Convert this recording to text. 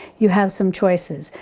you have some choices.